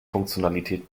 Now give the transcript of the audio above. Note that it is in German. funktionalität